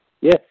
Yes